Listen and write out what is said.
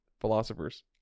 philosophers